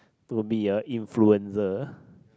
to be a influencer